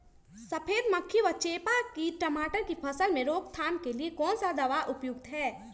सफेद मक्खी व चेपा की टमाटर की फसल में रोकथाम के लिए कौन सा दवा उपयुक्त है?